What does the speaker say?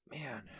Man